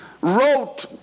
wrote